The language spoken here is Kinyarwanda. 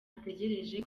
ategereje